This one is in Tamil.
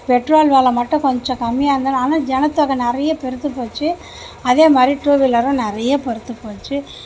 பெட்ரோல் வெலை மட்டும் கொஞ்சம் கம்மியாக இருந்ததுனா ஆனால் ஜனத்தொகை நிறையா பெருத்துப் போச்சு அதேமாதிரியே டூ வீலரும் நிறையா பெருத்துப் போச்சு